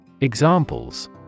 Examples